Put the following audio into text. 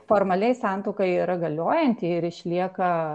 formaliai santuoka yra galiojanti ir išlieka